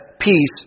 peace